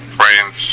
friends